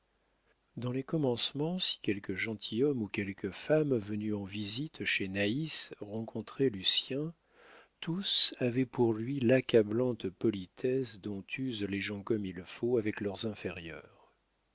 dans les commencements si quelque gentilhomme ou quelques femmes venus en visite chez naïs rencontraient lucien tous avaient pour lui l'accablante politesse dont usent les gens comme il faut avec leurs inférieurs